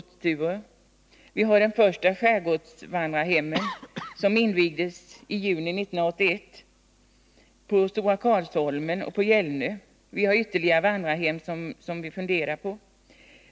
Vi har vidare det första skärgårdsvandrarhemmet, som invigdes i juni 1981 på Stora Karlsholmen och på Gällnö, och vi funderar på ytterligare vandrarhem.